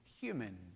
human